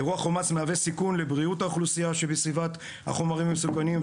אירוע חומ"ס מהווה סיכון לבריאות האוכלוסייה שבסביבת החומרים המסוכנים,